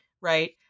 Right